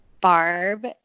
Barb